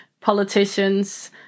politicians